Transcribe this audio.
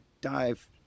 dive